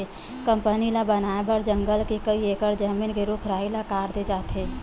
company ल बनाए बर जंगल के कइ एकड़ जमीन के रूख राई ल काट दे जाथे